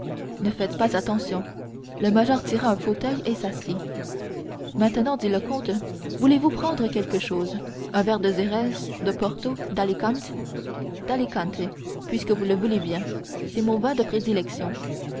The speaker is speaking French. ne faites pas attention le major tira un fauteuil et s'assit maintenant dit le comte voulez-vous prendre quelque chose un verre de xérès de porto d'alicante d'alicante puisque vous le voulez bien c'est mon vin de prédilection